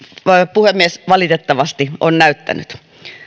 puhemies valitettavasti on näyttänyt